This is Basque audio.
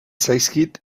zaizkit